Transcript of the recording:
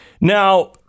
Now